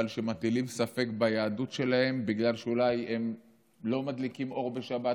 אבל מטילים ספק ביהדות שלהם בגלל שאולי הם לא מדליקים אור בשבת